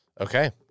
Okay